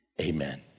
Amen